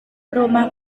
rumah